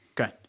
Okay